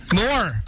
more